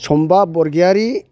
सम्बा बरग'यारि